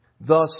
Thus